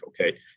okay